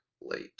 late